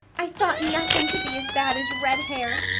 i thought nothing could be as bad as red hair.